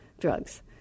drugs